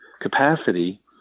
capacity